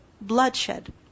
bloodshed